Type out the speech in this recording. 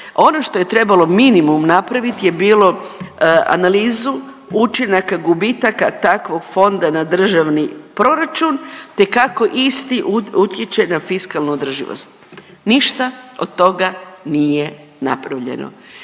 Ono što je trebalo minimum napraviti je bilo analizu učinaka gubitaka takvog fonda na državni proračun te kako isti utječe na fiskalnu održivost. Ništa od toga nije napravljeno.